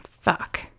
Fuck